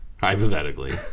Hypothetically